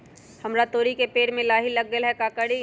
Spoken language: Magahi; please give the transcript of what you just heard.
हमरा तोरी के पेड़ में लाही लग गेल है का करी?